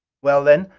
well then,